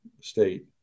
state